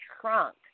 trunk